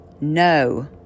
No